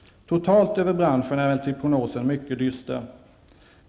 Totalt över branschen är emellertid prognosen mycket dyster.